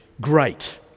great